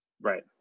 Right